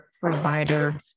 provider